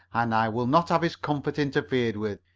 and i will not have his comfort interfered with.